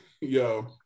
Yo